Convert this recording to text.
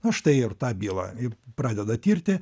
o štai ir tą bylą ir pradeda tirti